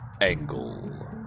Angle